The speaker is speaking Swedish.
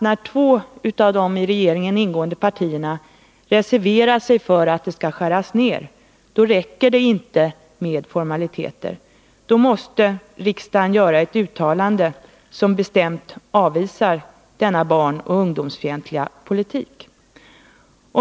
När två av de i regeringen ingående partierna reserverar sig för att det skall skäras ned är det juingen tvekan om att det inte räcker med formaliteter. Då måste riksdagen göra ett uttalande som bestämt avvisar denna barnoch ungdomsfientliga politik.